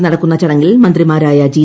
നേമത്ത് നടക്കുന്ന ചടങ്ങിൽ മന്ത്രിമാരായ ജി